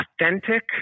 authentic